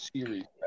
Series